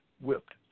whipped